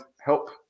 help